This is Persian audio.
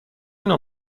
نوع